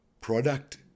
product